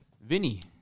Vinny